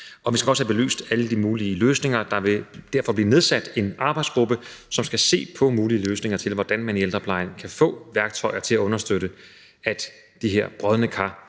Og vi skal også have belyst alle de mulige løsninger. Der vil derfor blive nedsat en arbejdsgruppe, som skal se på mulige løsninger til, hvordan man i ældreplejen kan få værktøjer til at understøtte, at de her brodne kar